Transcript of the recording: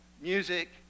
music